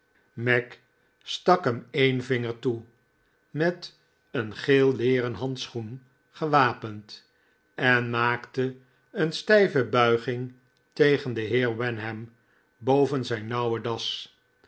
mac stak hem een vinger toe met een geelleeren handschoen gewapend en maakte een stijve buiging tegen den heer wenham boven zijn nauwe das